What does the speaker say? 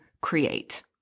create